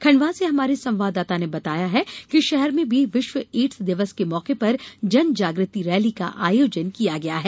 खंडवा से हमारे संवाददाता ने बताया है कि शहर में भी विश्व एड्स दिवस के मौके पर जनजाग्रति रैली का आयोजन किया गया है